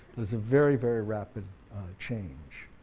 there's a very, very rapid change.